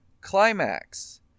Climax